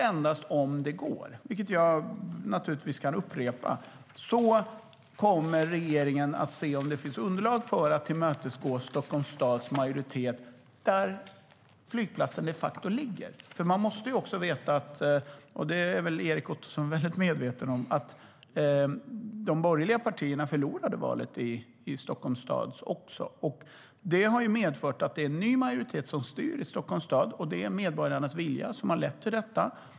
Endast om det går, vilket jag naturligtvis kan upprepa, kommer regeringen att se om det finns underlag för att tillmötesgå Stockholms stads majoritet - flygplatsen ligger de facto i Stockholm.Man måste veta - och det är väl Erik Ottoson väldigt medveten om - att de borgerliga partierna förlorade valet i Stockholms stad också. Det har medfört att det är en ny majoritet som styr Stockholms stad. Det är medborgarnas vilja som har lett till detta.